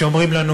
שאומרים לנו,